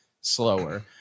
slower